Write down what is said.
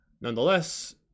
Nonetheless